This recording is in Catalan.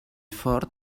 fort